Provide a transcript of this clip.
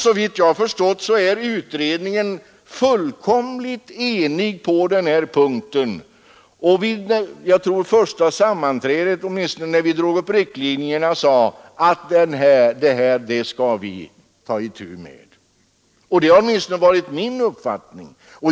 Såvitt jag har förstått är utredningen fullkomligt enig på den här punkten. Jag tror att vi redan vid det första sammanträdet — åtminstone var det när vi drog upp riktlinjerna för arbetet — sade att det här skall vi ta itu med. Det har åtminstone varit min uppfattning.